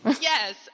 Yes